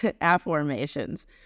affirmations